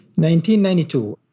1992